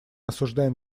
осуждаем